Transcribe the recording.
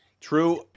True